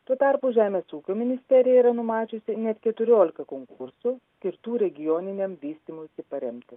tuo tarpu žemės ūkio ministerija yra numačiusi net keturioliką konkursų skirtų regioniniam vystymuisi paremti